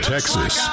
Texas